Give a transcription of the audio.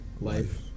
Life